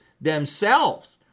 themselves-